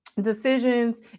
decisions